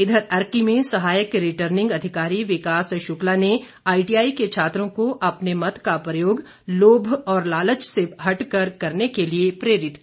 इधर अर्की में सहायक रिटर्निंग अधिकारी विकास शुक्ला ने आईटीआई के छात्रों को अपने मत का प्रयोग लोभ और लालच से हटकर करने के लिए प्रेरित किया